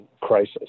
crisis